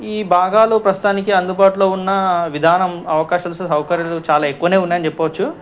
ఈ భాగాలు ప్రస్తుతానికి అందుబాటులో ఉన్న విధానం అవకాశాలు సౌకర్యాలు చాలా ఎక్కువ ఉన్నాయి అని చెప్పవచ్చు